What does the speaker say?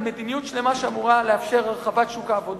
מדיניות שלמה שאמורה לאפשר את הרחבת שוק העבודה.